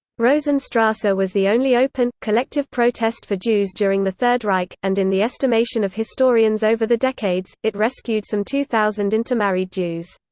rosenstrasse ah was the only open, collective protest for jews during the third reich, and in the estimation of historians over the decades, it rescued some two thousand intermarried jews.